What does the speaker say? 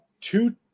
two